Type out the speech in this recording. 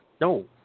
no